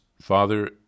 Father